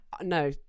no